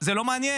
זה לא מעניין.